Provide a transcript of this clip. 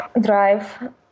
drive